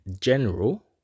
general